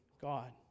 God